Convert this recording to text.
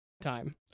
time